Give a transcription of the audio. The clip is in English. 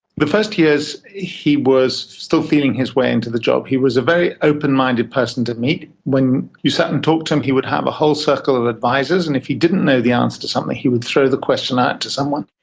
the first years he was still feeling his way into the job. he was a very open-minded person to meet. when you sat and talked to him he would have a whole circle of advisers, and if he didn't know the answer to something he would throw the question out to someone.